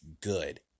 good